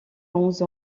onze